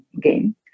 game